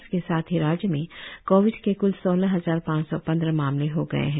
इसके साथ ही राज्य में कोविड के क्ल सौलह हजार चार सौ पंद्रह मामले हो गए है